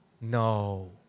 no